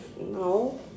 No